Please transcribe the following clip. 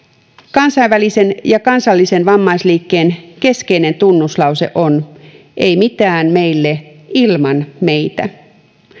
kansainvälisen ja kansallisen vammaisliikkeen keskeinen tunnuslause on ei mitään meistä ilman meitä